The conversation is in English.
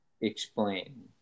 explain